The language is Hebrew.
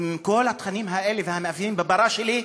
עם כל התכונות האלה והמאפיינים של הפרה שלי,